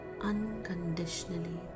unconditionally